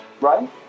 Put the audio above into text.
right